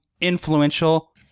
influential